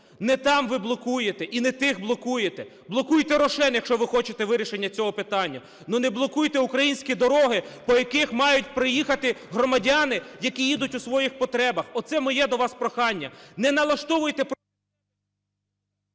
Не там ви блокуєте і не тих блокуєте. Блокуйте "Рошен", якщо ви хочете вирішення цього питання. Ну не блокуйте українські дороги, по яких мають проїхати громадяни, які їдуть у своїх потребах. Оце моє до вас прохання. Не налаштовуйте…